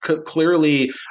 clearly